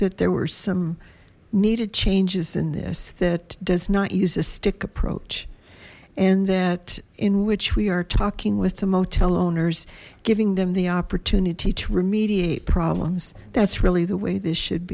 that there were some needed changes in this that does not use a stick approach and that in which we are talking with the motel owners giving them the opportunity to remediate problems that's really the way this should